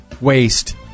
waste